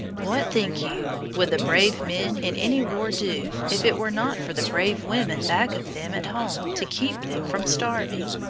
what, think you, would the brave men in any war do if it were not for the brave women back of them at home to keep them from starving?